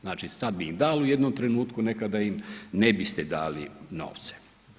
Znači, sad bi im dali u jednom trenutku, nekada im ne biste dali novce.